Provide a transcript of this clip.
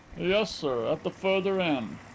yes, sir at the further end.